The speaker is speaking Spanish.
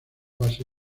base